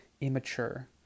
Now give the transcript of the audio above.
immature